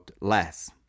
less